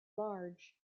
large